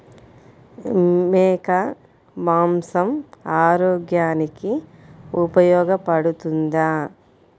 మేక మాంసం ఆరోగ్యానికి ఉపయోగపడుతుందా?